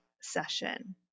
session